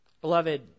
Beloved